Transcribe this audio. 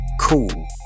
Cool